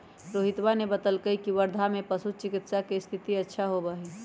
रोहितवा ने बतल कई की वर्धा में पशु चिकित्सा के स्थिति अच्छा होबा हई